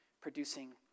producing